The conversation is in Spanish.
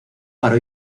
paró